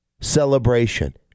celebration